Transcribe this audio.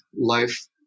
life